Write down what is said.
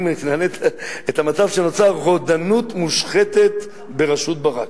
אני מכנה את המצב שנוצר: רודנות מושחתת בראשות ברק.